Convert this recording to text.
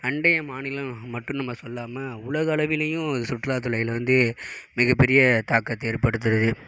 அண்டைய மாநிலம் மட்டும் நம்ம சொல்லாமல் உலக அளவிலேயும் சுற்றுலாதுறையில் வந்து மிக பெரிய தாக்கத்தை ஏற்படுத்துனுது